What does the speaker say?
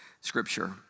Scripture